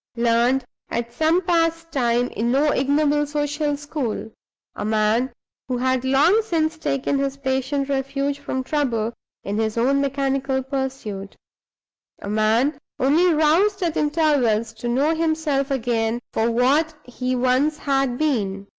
learned at some past time in no ignoble social school a man who had long since taken his patient refuge from trouble in his own mechanical pursuit a man only roused at intervals to know himself again for what he once had been.